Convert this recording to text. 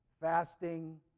Fasting